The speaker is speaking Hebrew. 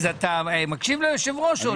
אתה מקשיב ליושב ראש?